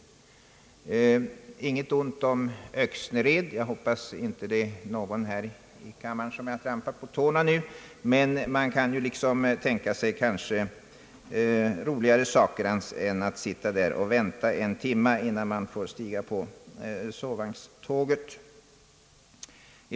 Intet ont om Öxnered! Jag hoppas att ingen här i kammaren känner sig trampad på tårna men man kan väl tänka sig roligare saker än att sitta där och vänta en timme innan man får stiga på sovvagnståget.